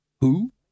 Who